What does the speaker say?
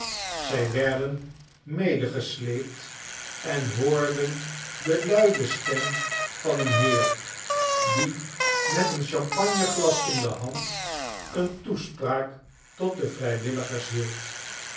zij werden medegesleept en hoorden de luide stem van een heer die met een champagneglas in de hand een toespraak tot de vrijwilligers hield